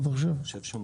שוב,